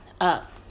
up